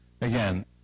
Again